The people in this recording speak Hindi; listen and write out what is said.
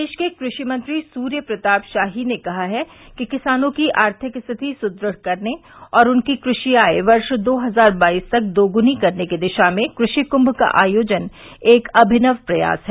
प्रदेश के कृषि मंत्री सूर्य प्रताप शाही ने कहा है कि किसानों की आर्थिक स्थिति सुदृढ़ करने एवं उनकी कृषि आय वर्ष दो हजार बाईस तक दोगुनी करने की दिशा में कृषि कुम्म का आयोजन का एक अभिनव प्रयास है